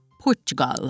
Portugal